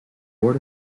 board